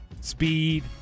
speed